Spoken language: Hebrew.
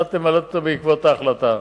שצריך למלא אותו בעקבות ההחלטה.